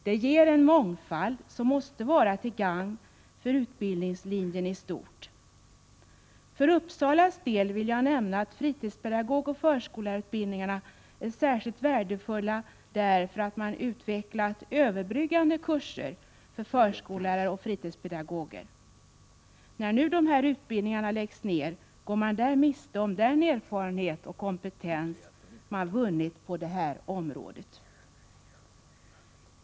Det ger en mångfald som måste vara till gagn för utbildningslinjen i stort. För Uppsalas del vill jag nämna att fritidspedagogoch förskollärarutbildningarna är särskilt värdefulla, därför att man där har utvecklat överbryggande kurser för förskollärare och fritidspedagoger. När nu de här utbildningarna läggs ned, går man där miste om den erfarenhet och den kompetens som man vunnit på det här området.